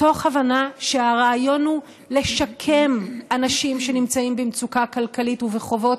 מתוך הבנה שהרעיון הוא לשקם אנשים שנמצאים במצוקה כלכלית ובחובות,